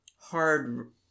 hard